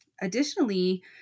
Additionally